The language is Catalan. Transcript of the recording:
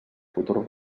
futur